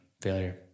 failure